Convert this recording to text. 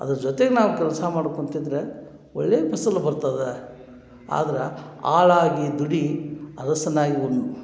ಅದ್ರ ಜೊತೆಗೆ ನಾವು ಕೆಲಸ ಮಾಡ್ಬೇಕು ಅಂತಿದ್ದರೆ ಒಳ್ಳೆಯ ಫಸಲು ಬರ್ತದೆ ಆದ್ರೆ ಆಳಾಗಿ ದುಡಿ ಅರಸನಾಗಿ ಉಣ್ಣು